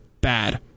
bad